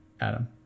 Adam